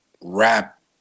rap